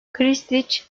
krstiç